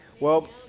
well,